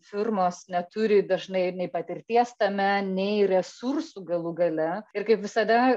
firmos neturi dažnai ir nei patirties tame nei resursų galų gale ir kaip visada